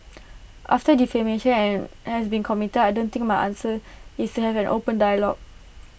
after defamation and has been committed I don't think my answer is to have an open dialogue